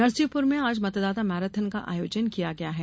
नरसिंहपुर में आज मतदाता मैराथन का आयोजन किया गया है